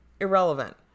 Irrelevant